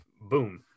boom